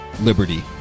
liberty